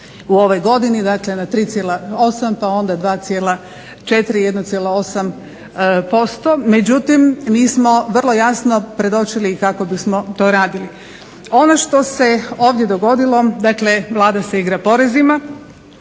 u ovoj godini, dakle na 3,8 pa onda 2,4, 1,8%, međutim nismo vrlo jasno predočili kako bismo to radili. Ono što se ovdje dogodilo dakle Vlada se igra porezima,